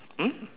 mm